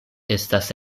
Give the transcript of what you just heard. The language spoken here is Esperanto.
estas